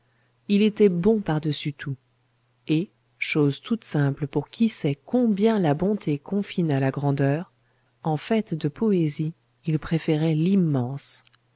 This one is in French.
il était bon par-dessus tout et chose toute simple pour qui sait combien la bonté confine à la grandeur en fait de poésie il préférait l'immense